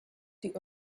die